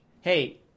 Hey